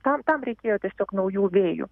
tam tam reikėjo tiesiog naujų vėjų